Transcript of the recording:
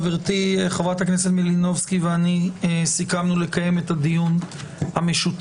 חברתי חברת הכנסת מלינובסקי ואני סיכמנו לקיים את הדיון המשותף.